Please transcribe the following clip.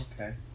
Okay